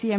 C M